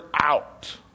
out